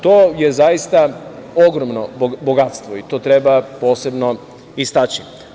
To je ogromno bogatstvo i to treba posebno istaći.